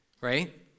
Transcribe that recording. right